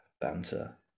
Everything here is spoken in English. Banter